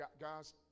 guys